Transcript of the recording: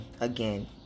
again